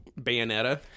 Bayonetta